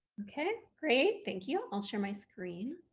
okay, great. thank you. i'll share my screen.